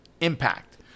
impact